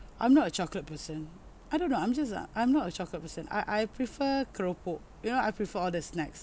I'm not a chocolate person I don't know I'm just uh I'm not a chocolate person I I prefer keropok you know I prefer all these snacks